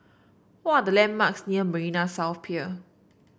what are the landmarks near Marina South Pier